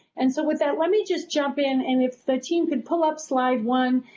and so with that let me just jump in, and if the teams could pull up slide one.